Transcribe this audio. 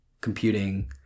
computing